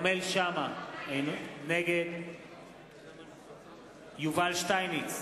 שאמה, נגד יובל שטייניץ,